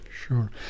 Sure